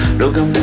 google